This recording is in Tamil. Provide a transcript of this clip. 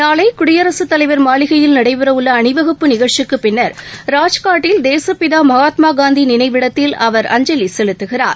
நாளைகுடியரசுத் தலைவா் மாளிகையில் நடைபெறவுள்ளஅணிவகுப்பு நிகழ்ச்சிக்குப் பின்னா் ராஜ்காட்டில் தேசப்பிதாமகாத்மாகாந்திநினைவிடத்தில் அவர் அஞ்சலிசெலுத்துகிறார்